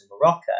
Morocco